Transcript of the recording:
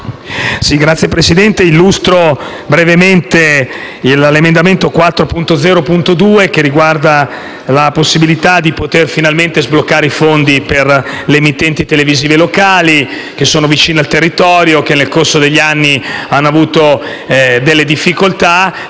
Signor Presidente, illustro brevemente l'emendamento 4.0.2, che riguarda la possibilità di poter finalmente sbloccare i fondi per le emittenti televisive locali, vicine al territorio, che nel corso degli anni hanno avuto delle difficoltà.